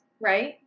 right